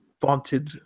vaunted